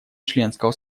членского